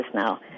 now